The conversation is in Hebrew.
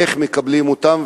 איך מקבלים אותם,